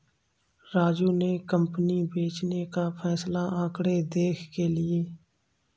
राजू ने कंपनी बेचने का फैसला आंकड़े देख के लिए